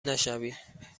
نشوید